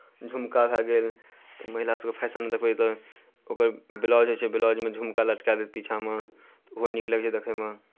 झुमका भए गेल महिला सभके फैशन देखबै तऽ ओकर ब्लाउज होइ छै ब्लाउजमे झुमका लटकाए देत पीछाँमे ओहो नीक लगै छै देखयमे